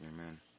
Amen